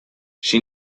she